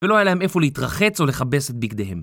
ולא היה להם איפה להתרחץ או לכבס בגדיהם